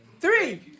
Three